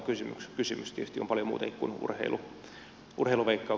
tietysti on paljon muutakin kuin urheiluveikkaus